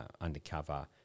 undercover